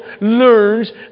learns